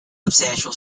substantial